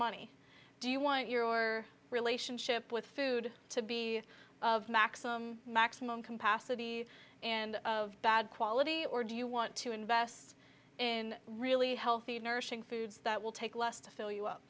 money do you want your relationship with food to be maximum capacity and bad quality or do you want to invest in really healthy nourishing food that will take less to fill you up